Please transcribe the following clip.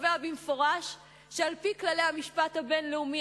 שקובע במפורש שעל-פי כללי המשפט הבין-לאומי,